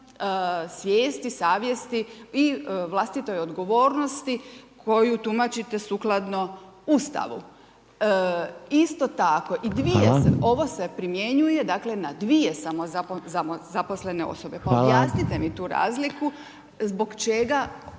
svijesti, savjesti i vlastitoj odgovornosti koju tumačite sukladno Ustavu? Isto tako, i dvije se, ovo se primjenjuje dakle, na dvije samozaposlene osobe. Pa objasnite mi tu razliku zbog čega